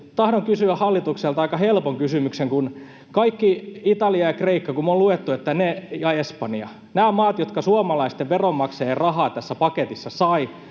tahdon kysyä hallitukselta aika helpon kysymyksen. Me on luettu, mihin ne kaikki, Italia ja Kreikka ja Espanja, nämä maat, jotka suomalaisten veronmaksajien rahaa tässä paketissa saivat,